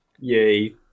Yay